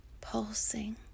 pulsing